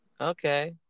Okay